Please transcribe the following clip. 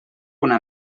una